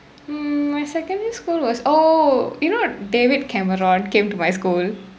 mm my secondary school was oh you know david cameron came to my school